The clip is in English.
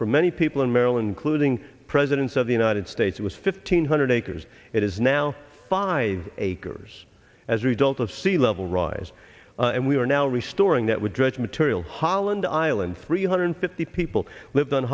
for many people in maryland clothing presidents of the united states it was fifteen hundred acres it is now five acres as a result of sea level rise and we are now restoring that wood dredge material holland island three hundred fifty people lived on